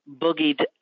boogied